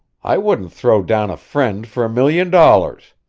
i wouldn't throw down a friend for a million dollars!